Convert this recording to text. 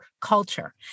culture